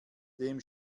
dem